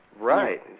Right